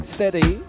Steady